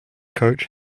coach